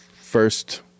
first